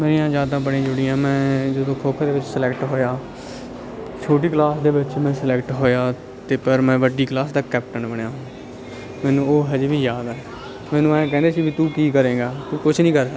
ਮੇਰੀਆਂ ਯਾਦਾਂ ਬੜੀਆਂ ਜੁੜੀਆਂ ਮੈਂ ਜਦੋਂ ਖੋ ਖੋ ਦੇ ਵਿੱਚ ਸਲੈਕਟ ਹੋਇਆ ਛੋਟੀ ਕਲਾਸ ਦੇ ਵਿੱਚ ਮੈਂ ਸਲੈਕਟ ਹੋਇਆ ਅਤੇ ਪਰ ਮੈਂ ਵੱਡੀ ਕਲਾਸ ਦਾ ਕੈਪਟਨ ਬਣਿਆ ਮੈਨੂੰ ਉਹ ਹਜੇ ਵੀ ਯਾਦ ਆ ਮੈਨੂੰ ਐਂ ਕਹਿੰਦੇ ਸੀ ਵੀ ਤੂੰ ਕੀ ਕਰੇਂਗਾ ਤੂੰ ਕੁਛ ਨਹੀਂ ਕਰ ਸਕਦਾ